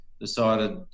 decided